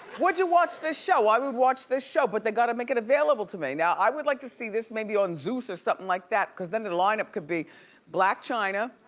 would you watch this show? i would watch this show, but they gotta make it available to me. now i would like to see this maybe on zeus or somethin' like that cause then the lineup could be blac chyna,